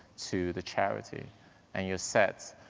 to the charity and you're set.